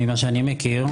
ממה שאני מכיר,